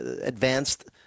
advanced –